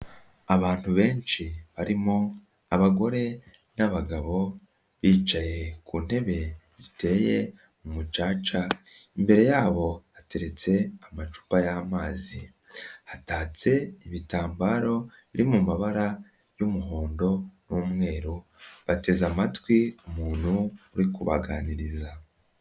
Abantu benshi barimo abagore n'abagabo bicaye ku ntebe ziteye umucaca, imbere yabo hateretse amacupa y'amazi, hatatse ibitambaro biri mu mabara y'umuhondo n'umweru bateze amatwi umuntu uri kubaganiriza.